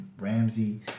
Ramsey